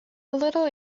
little